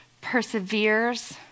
perseveres